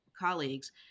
colleagues